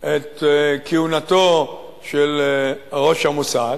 את כהונתו של ראש המוסד,